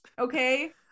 Okay